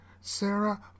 Sarah